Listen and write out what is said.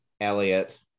Elliot